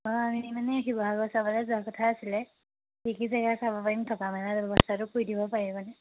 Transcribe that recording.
অঁ আমি মানে শিৱসাগৰ চাবলৈ যোৱা কথা আছিলে কি কি জেগা চাব পাৰিম থকা মেলা ব্যৱস্থাটো কৰি দিব পাৰিবনে